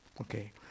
okay